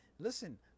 Listen